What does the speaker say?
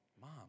mom